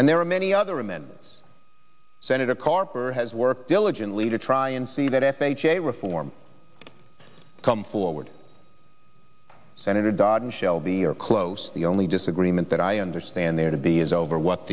and there are many other amendments senator carper has worked diligently to try and see that f h a reform come forward senator dodd and shelby are close the only disagreement that i understand there to be is over what